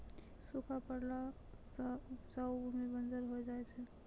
सूखा पड़ला सें उपजाऊ भूमि बंजर होय जाय छै